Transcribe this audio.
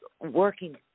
working